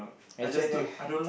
I swear leh